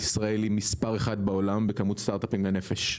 ישראל היא מספר אחד בעולם בכמות סטארטאפים לנפש.